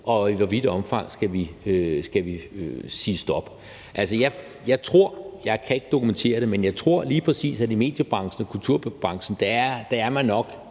og i hvor vidt et omfang skal vi sige stop? Jeg tror – jeg kan ikke dokumentere det, men jeg tror det – at lige præcis i mediebranchen og kulturbranchen er man nok